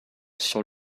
sur